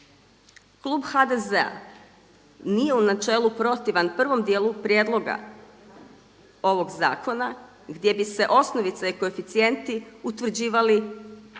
Klub HDZ-a nije u načelu protivan prvom djelu prijedloga ovog zakona gdje bi se osnovica i koeficijenti utvrđivali zakonom